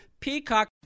Peacock